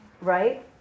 right